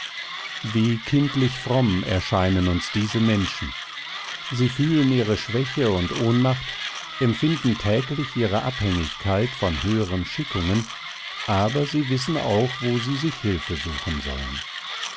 wie kindlich fromm erscheinen uns diese menschen sie fühlen ihre schwäche und ohnmacht empfinden täglich ihre abhängigkeit von höheren schickungen aber sie wissen auch wo sie sich hilfe suchen sollen